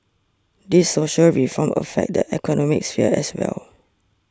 these social reforms affect the economic sphere as well